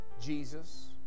Jesus